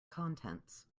contents